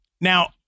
Now